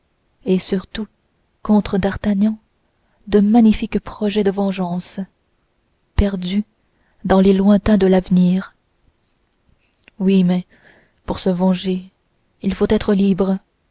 et surtout contre d'artagnan de magnifiques projets de vengeance perdus dans les lointains de l'avenir oui mais pour se venger il faut être libre